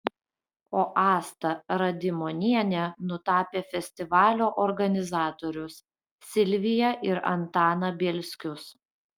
o asta radimonienė nutapė festivalio organizatorius silviją ir antaną bielskius